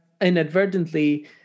inadvertently